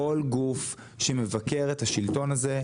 כל גוף שמבקר את השלטון הזה,